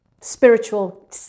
spiritual